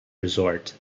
resort